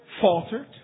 faltered